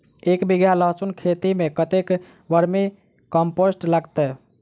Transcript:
एक बीघा लहसून खेती मे कतेक बर्मी कम्पोस्ट लागतै?